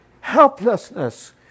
helplessness